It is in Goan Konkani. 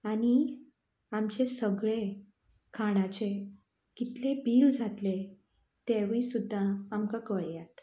आनी आमचे सगळे खाणाचे कितलें बील जातलें तेंवूय सुद्दां आमकां कळयात